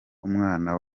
umwana